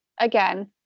again